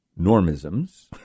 normisms